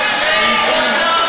אתם,